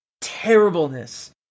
terribleness